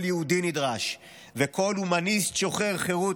כל יהודי נדרש וכל הומניסט שוחר חירות